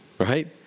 right